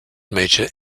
major